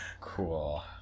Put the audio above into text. Cool